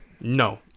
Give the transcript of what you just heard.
No